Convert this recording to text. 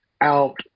out